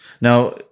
Now